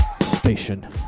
station